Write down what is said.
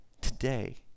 today